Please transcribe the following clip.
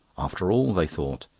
after all, they thought,